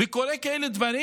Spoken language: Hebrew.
וקורים כאלה דברים?